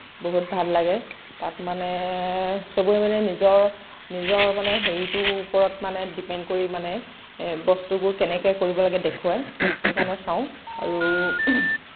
বহুত ভাল লাগে তাত মানে সবে নিজৰ নিজৰ মানে হেৰিটো ওপৰত মানে ডিপেণ্ড কৰি মানে বস্তুবোৰ কেনেকে কৰিব লাগে দেখুৱাই সেইকাৰণে চাওঁ আৰু